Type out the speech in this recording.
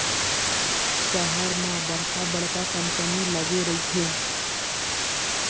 सहर म बड़का बड़का कंपनी लगे रहिथे